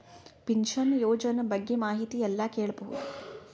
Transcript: Pension ಯೋಜನ ಬಗ್ಗೆ ಮಾಹಿತಿ ಎಲ್ಲ ಕೇಳಬಹುದು?